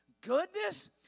goodness